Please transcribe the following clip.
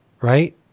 Right